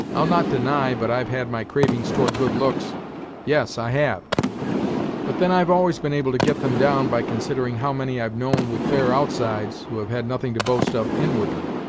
i'll not deny but i've had my cravings towards good looks yes, i have but then i've always been able to get them down by considering how many i've known with fair outsides, who have had nothing to boast of inwardly.